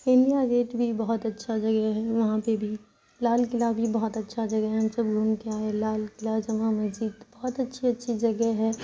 India Gate بھی بہت اچھا جگہ ہے وہاں پہ بھی لال کلعہ بھی بہت اچھا جگہ ہے ہم سب گھوم کے آئے لال قلعہ جامع مسجد بہت اچھی اچھی جگہ ہے